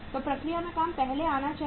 तो प्रक्रिया में काम पहले आना चाहिए